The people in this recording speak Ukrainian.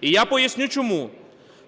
І я поясню чому.